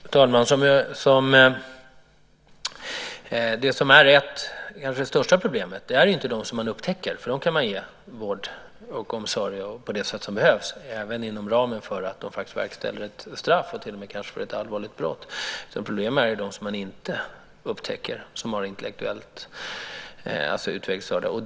Fru talman! Det som kanske är det största problemet handlar inte om dem som man upptäcker. Dem kan man ge vård och omsorg på det sätt som behövs även inom ramen för verkställigheten av ett straff, kanske till och med för ett allvarligt brott. Problemet handlar om dem som man inte upptäcker och är intellektuellt utvecklingsstörda.